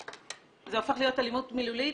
זה הופך להיות אלימות מילולית